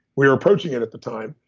we were approaching it at the time,